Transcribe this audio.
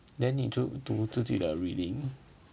then you 就读自己的 reading